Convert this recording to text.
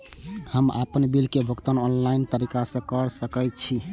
हम आपन बिल के भुगतान ऑनलाइन तरीका से कर सके छी?